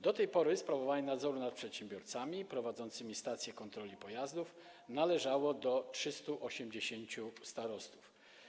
Do tej pory sprawowanie nadzoru nad przedsiębiorcami prowadzącymi stacje kontroli pojazdów należało do 380 starostów.